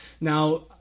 Now